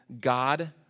God